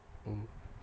mm